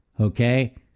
Okay